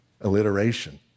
alliteration